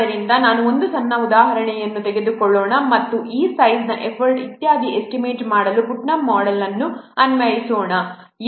ಆದ್ದರಿಂದ ನಾವು ಒಂದು ಸಣ್ಣ ಉದಾಹರಣೆಯನ್ನು ತೆಗೆದುಕೊಳ್ಳೋಣ ಮತ್ತು ಈ ಸೈಜ್ ಎಫರ್ಟ್ ಇತ್ಯಾದಿಗಳನ್ನು ಎಸ್ಟಿಮೇಟ್ ಮಾಡಲು ಪುಟ್ನಮ್ ಮೋಡೆಲ್ ಅನ್ನು ಅನ್ವಯಿಸೋಣ